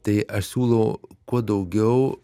tai aš siūlau kuo daugiau